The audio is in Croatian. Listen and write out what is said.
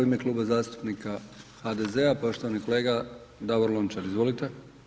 U ime Kluba zastupnika HDZ-a poštovani kolega Davor Lončar, izvolite.